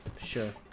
Sure